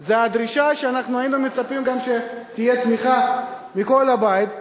היא הדרישה שאנחנו היינו מצפים שתהיה בה תמיכה מכל הבית,